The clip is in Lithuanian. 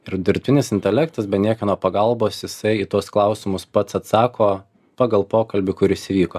ir dirbtinis intelektas be niekieno pagalbos jisai tuos klausimus pats atsako pagal pokalbį kuris įvyko